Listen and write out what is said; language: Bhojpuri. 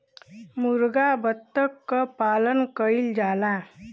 मुरगा बत्तख क पालन कइल जाला